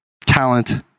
talent